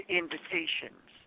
invitations